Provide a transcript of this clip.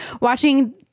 watching